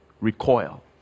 recoil